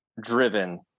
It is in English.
driven